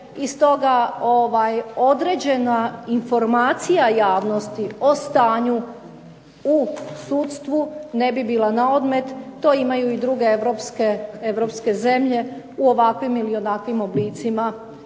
i stoga određena informacija javnosti o stanju u sudstvu ne bi bila na odmet. To imaju i druge europske zemlje u ovakvim ili onakvim oblicima